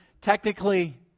Technically